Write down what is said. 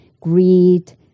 greed